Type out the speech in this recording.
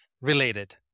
related